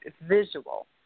visual